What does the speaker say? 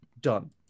done